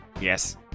yes